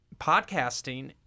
podcasting